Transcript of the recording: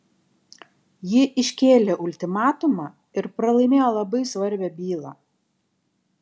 ji iškėlė ultimatumą ir pralaimėjo labai svarbią bylą